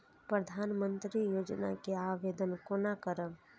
प्रधानमंत्री योजना के आवेदन कोना करब?